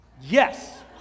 Yes